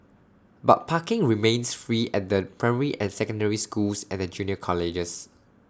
but parking remains free at the primary and secondary schools and the junior colleges